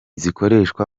zikoreshwa